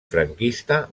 franquista